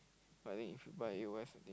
but I think if you buy I think